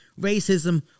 racism